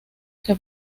que